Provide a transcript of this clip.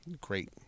Great